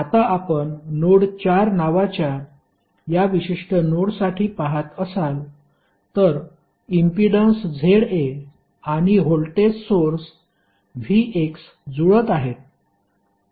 आता आपण नोड 4 नावाच्या या विशिष्ट नोडसाठी पहात असाल तर इम्पीडन्स ZA आणि व्होल्टेज सोर्स VX जुळत आहेत